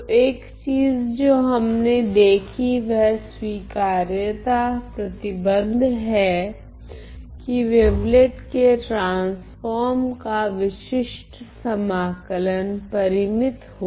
तो एक चीज जो हमने देखी वह स्वीकार्यता प्रतिबंध है कि वेवलेट के ट्रांसफोर्म का विशिष्ट समाकलन परिमित हो